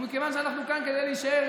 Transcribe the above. ומכיוון שאנחנו כאן כדי להישאר,